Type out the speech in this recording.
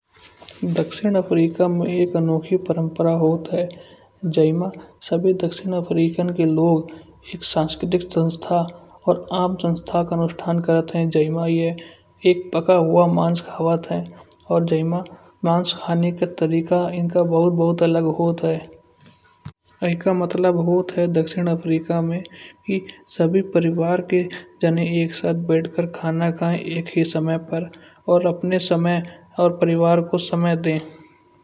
दक्षिण अफ्रीका में एक अनोखी परम्परा होत है। जय मा सभे दक्षिण अफ्रीका के लोग एक सांस्कृतिक संस्था और आप संस्था का अनुष्ठान करत हैं। जयमा यह एक पका हुआ मांस खावत है। और जय मा मांस खाने का तरीका इनका बहुत-बहुत अलग होत है। एहका मतलब होत है, दक्षिण अफ्रीका में सभी परिवार के जाने एक साथ बैठकर खाना खाएं। एक ही समय पर अपने समय और परिवार को समय दें।